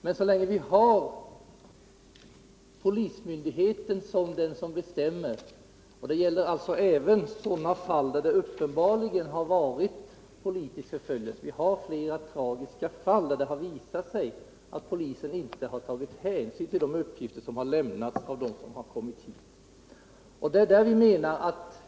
Men det har förekommit flera tragiska fall där det har visat sig att polisen inte har tagit hänsyn till de uppgifter som har lämnats av dem som har kommit hit.